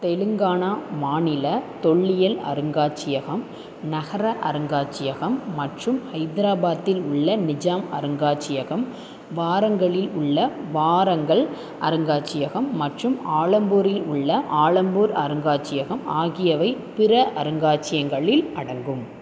தெலுங்கானா மாநில தொல்லியல் அருங்காட்சியகம் நகர அருங்காட்சியகம் மற்றும் ஹைதராபாத்தில் உள்ள நிஜாம் அருங்காட்சியகம் வாரங்கலில் உள்ள வாரங்கல் அருங்காட்சியகம் மற்றும் ஆலம்பூரில் உள்ள ஆலம்பூர் அருங்காட்சியகம் ஆகியவை பிற அருங்காட்சியகங்களில் அடங்கும்